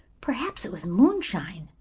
perhaps it was moonshine,